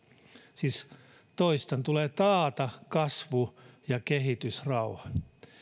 siis toistan tulee taata kasvu ja kehitysrauha